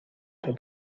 pour